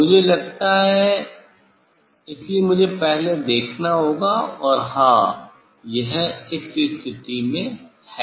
मुझे लगता है इसलिए मुझे पहले देखना होगा और हां यह इस स्थिति में है